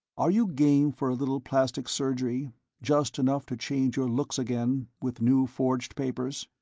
are you game for a little plastic surgery just enough to change your looks again, with new forged papers?